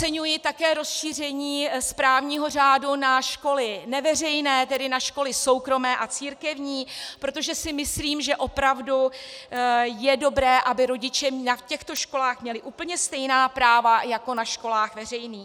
Velmi oceňuji také rozšíření správního řádu na školy neveřejné, tedy na školy soukromé a církevní, protože si myslím, že opravdu je dobré, aby rodiče na těchto školách měli úplně stejná práva jako na školách veřejných.